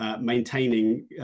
maintaining